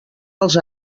els